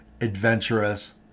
adventurous